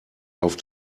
auf